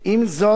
עם זאת,